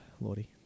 Lordy